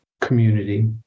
community